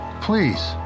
please